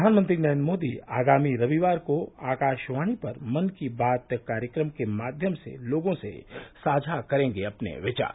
प्रधानमंत्री नरेन्द्र मोदी आगामी रविवार को आकाशवाणी पर मन की बात कार्यक्रम के माध्यम से लोगों से साझा करेंगे अपने विचार